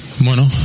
Bueno